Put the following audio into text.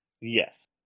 Yes